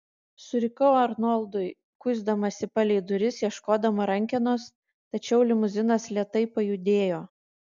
surikau arnoldui kuisdamasi palei duris ieškodama rankenos tačiau limuzinas lėtai pajudėjo